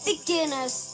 Beginners